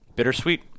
Bittersweet